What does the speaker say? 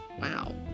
Wow